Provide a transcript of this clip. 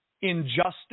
injustice